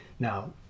Now